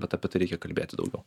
bet apie tai reikia kalbėti daugiau